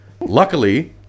luckily